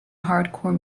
hardcore